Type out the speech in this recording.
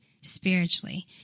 spiritually